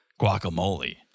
guacamole